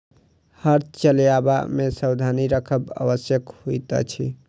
हर चलयबा मे सावधानी राखब आवश्यक होइत अछि